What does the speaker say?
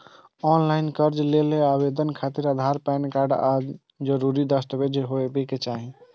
ऑनलॉन कर्ज लेल आवेदन खातिर आधार, पैन कार्ड आ आन जरूरी दस्तावेज हेबाक चाही